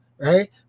right